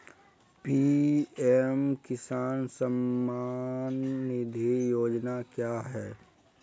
PM किसान सम्मान निधि योजना क्या है?